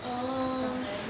oh